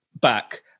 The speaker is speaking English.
back